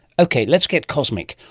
okay, let's get cosmic.